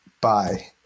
Bye